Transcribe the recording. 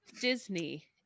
disney